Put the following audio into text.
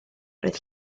roedd